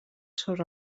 sobre